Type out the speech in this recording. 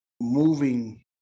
moving